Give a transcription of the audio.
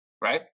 right